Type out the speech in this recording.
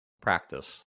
practice